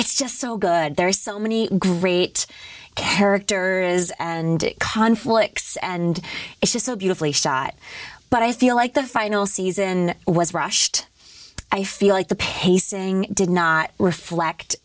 it's just so good there are so many great characters and conflicts and it's just so beautifully shot but i feel like the final season was rushed i feel like the pacing did not reflect